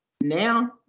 now